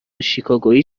شیکاگویی